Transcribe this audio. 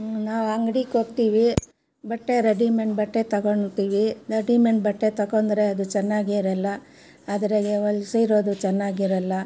ನಾವು ಅಂಗ್ಡಿಗೋಗ್ತೀವಿ ಬಟ್ಟೆ ರೆಡಿಮೆಂಡ್ ಬಟ್ಟೆ ತೊಗೊಂತೀವಿ ರೆಡಿಮೆಂಡ್ ಬಟ್ಟೆ ತೊಗೋಂಡ್ರೆ ಅದು ಚೆನ್ನಾಗಿರಲ್ಲ ಅದ್ರಾಗೆ ಹೊಲ್ಸಿರೋದು ಚೆನ್ನಾಗಿರಲ್ಲ